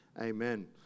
amen